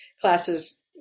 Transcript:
classes